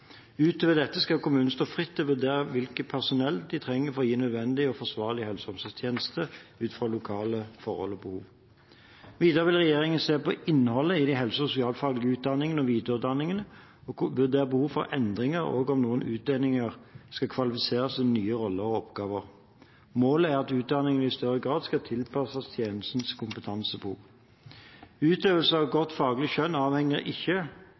Utover dette skal kommunene stå fritt til å vurdere hvilket personell de trenger for å gi nødvendige og forsvarlige helse- og omsorgstjenester, ut fra lokale forhold og behov. Videre vil regjeringen se på innholdet i de helse- og sosialfaglige utdanningene og videreutdanningene og vurdere behovet for endringer og om noen utdanninger skal kvalifisere til nye roller og oppgaver. Målet er at utdanningene i større grad skal tilpasses tjenestens kompetansebehov. Utøvelse av godt faglig skjønn avhenger ikke